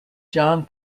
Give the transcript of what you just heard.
john